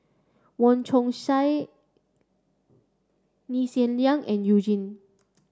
Wong Chong Sai Lee Hsien Yang and You Jin